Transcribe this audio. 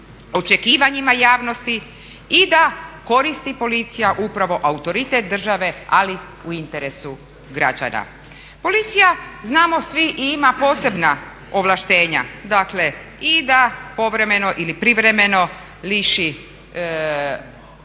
očekivanjima javnosti i da koristi policija upravo autoritet države ali u interesu građana. Policija znamo svi ima posebna ovlaštenja, dakle i da povremeno ili privremeno liši pojedince